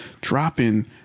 dropping